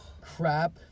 Crap